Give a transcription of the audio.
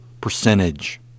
percentage